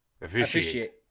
Officiate